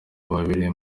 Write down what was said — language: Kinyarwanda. babiri